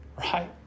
right